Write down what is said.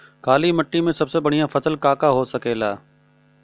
काली माटी में सबसे बढ़िया फसल का का हो सकेला?